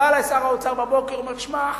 בא אלי שר האוצר בבוקר ואמר: תשמע,